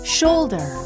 Shoulder